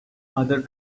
other